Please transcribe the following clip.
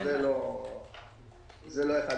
זה לא אחד מהם.